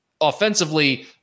offensively